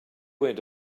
went